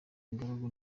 ingaragu